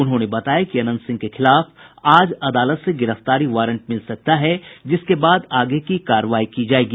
उन्होंने बताया कि अनंत सिंह के खिलाफ आज अदालत से गिरफ्तारी वारंट मिल सकता है जिसके बाद आगे की कार्रवाई की जायेगी